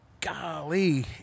golly